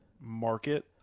market